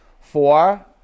Four